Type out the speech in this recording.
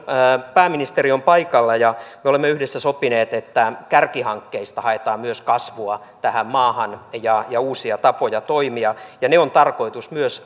pääministeri on paikalla ja me olemme yhdessä sopineet että myös kärkihankkeista haetaan kasvua tähän maahan ja ja uusia tapoja toimia ja myös ne on tarkoitus